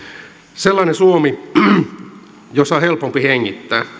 sellainen suomi jossa on helpompi hengittää